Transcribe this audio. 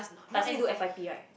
but still need to do F_Y_P right